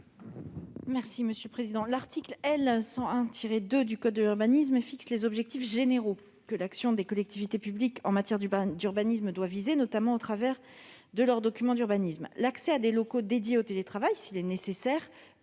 du Gouvernement ? L'article L. 101-2 du code de l'urbanisme fixe les objectifs généraux que doit viser l'action des collectivités publiques en matière d'urbanisme, notamment au travers de leurs documents d'urbanisme. L'accès à des locaux dédiés au télétravail, s'il est nécessaire,